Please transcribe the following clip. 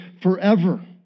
forever